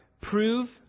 prove